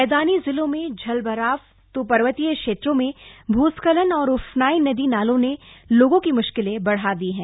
मद्वानी जिलों में जलभराव तो पर्वतीय क्षेत्रों में भुस्खलन और उफनाएं नदी नालों ने लोगों की मुश्किले बढ़ा दी हैं